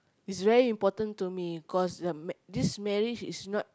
is very important to me cause the ma~ this marriage is not